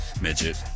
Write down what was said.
midget